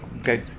okay